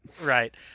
Right